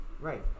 Right